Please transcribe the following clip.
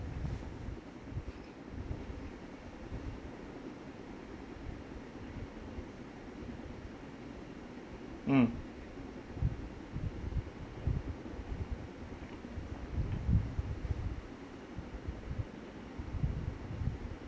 mm